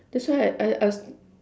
that's why I I